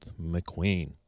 McQueen